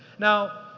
now,